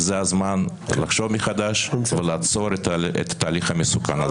חושב שזה הזמן לחשוב מחדש ולעצור את התהליך המסוכן הזה.